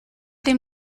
dem